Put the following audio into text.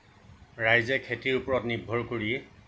ৰাইজে খেতিৰ ওপৰত নিৰ্ভৰ কৰিয়েই